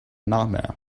nightmare